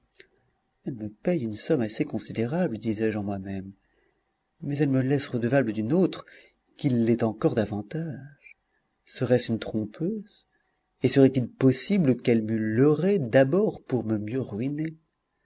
elle me paie une somme assez considérable disais-je en moi-même mais elle me laisse redevable d'une autre qui l'est encore davantage serait-ce une trompeuse et serait-il possible qu'elle m'eût leurré d'abord pour me mieux ruiner